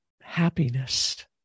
happiness